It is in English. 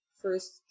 first